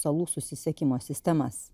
salų susisiekimo sistemas